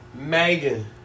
Megan